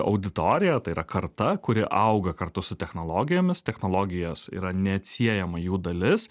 auditorija tai yra karta kuri auga kartu su technologijomis technologijos yra neatsiejama jų dalis